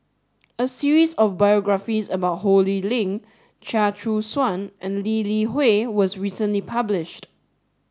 a series of biographies about Ho Lee Ling Chia Choo Suan and Lee Li Hui was recently published